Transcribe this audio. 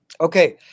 Okay